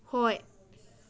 ꯍꯣꯏ